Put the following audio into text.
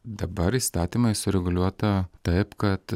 dabar įstatymai sureguliuota taip kad